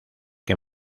que